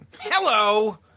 hello